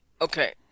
Okay